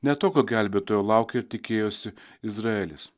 ne tokio gelbėtojo laukė tikėjosi izraelis